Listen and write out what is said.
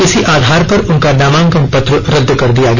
इसी आधार पर उनका नामांकन पत्र रदद कर दिया गया